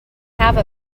have